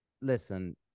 listen